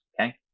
Okay